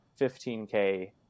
15K